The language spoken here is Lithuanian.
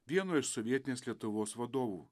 vieno iš sovietinės lietuvos vadovų